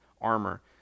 armor